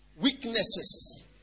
weaknesses